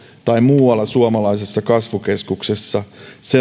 tai muissa suomalaisissa kasvukeskuksissa